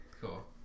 cool